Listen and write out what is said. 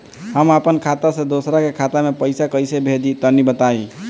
हम आपन खाता से दोसरा के खाता मे पईसा कइसे भेजि तनि बताईं?